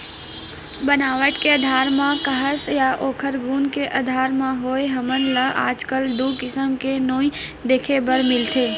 बनावट के आधार म काहस या ओखर गुन के आधार म होवय हमन ल आजकल दू किसम के नोई देखे बर मिलथे